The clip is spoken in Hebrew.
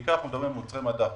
בעיקר אנחנו מדברים על מוצרי מדף,